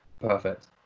Perfect